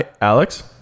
Alex